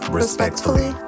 respectfully